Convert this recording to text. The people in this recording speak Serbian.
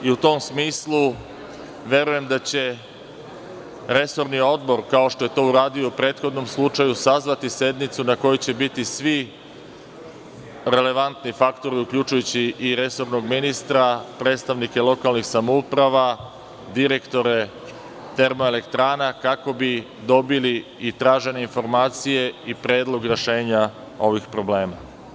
U tom smislu, verujem da će resorni odbor, kao što je to uradio u prethodnom slučaju, sazvati sednicu na kojoj će biti svi relevantni faktori, uključujući i resornog ministra, predstavnike lokalnih samouprava, direktore termoelektrana kako bi dobili i tražene informacije i predlog rešenja ovih problema.